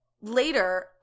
later